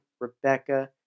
Rebecca